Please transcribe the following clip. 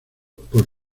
por